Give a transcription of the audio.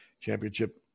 championship